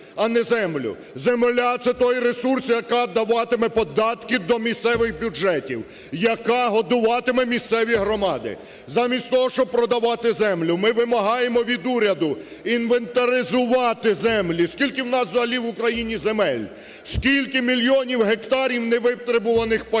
а не землю. Земля – це той ресурс, який даватиме податки до місцевих бюджетів, яка годуватиме місцеві громади. Замість того, щоб продавати землю ми вимагаємо від уряду інвентаризувати землі. Скільки в нас взагалі в Україні земель? Скільки мільйонів гектарів не витребуваних паїв?